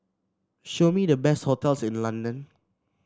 show me the best hotels in London